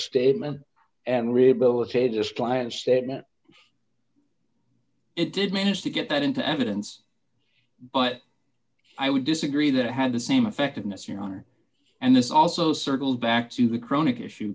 statement and rehabilitate his client statement it did manage to get that into evidence but i would disagree that had the same effectiveness your honor and this also circles back to the chronic issue